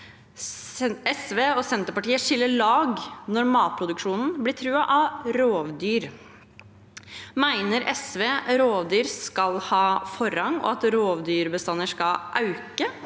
SV og Senterpartiet skiller lag når matproduksjonen blir truet av rovdyr. Mener SV at rovdyr skal ha forrang, og at rovdyrbestander skal øke,